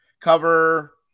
cover